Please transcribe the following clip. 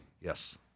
Yes